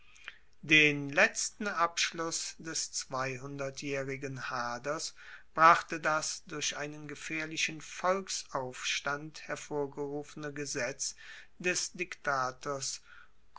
den letzten abschluss des zweihundertjaehrigen haders brachte das durch einen gefaehrlichen volksaufstand hervorgerufene gesetz des diktators